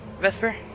Vesper